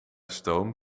stoom